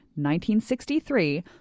1963